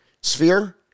sphere